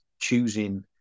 choosing